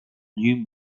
new